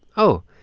oh,